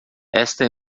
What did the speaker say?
esta